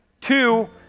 two